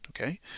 okay